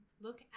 look